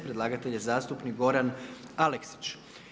Predlagatelj: zastupnik Goran Aleksić.